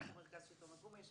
אנחנו מרכז שלטון מקומי,